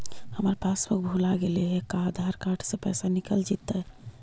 हमर पासबुक भुला गेले हे का आधार कार्ड से पैसा निकल जितै?